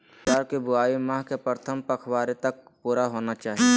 ज्वार की बुआई माह के प्रथम पखवाड़े तक पूरा होना चाही